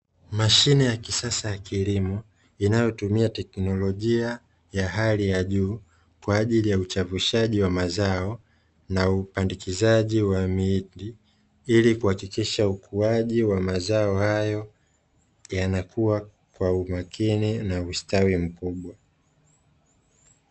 Mashine ya kisasa ya kilimo inayotumia teknlojia ya hali ya juu kwa ajili ya uchavushaji wa mazao na upandikizaji wa mihindi ili kuhakikisha ukuaji wa mazao hayo yanakua kwa unakini na ustawi mkubwa.